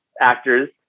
actor's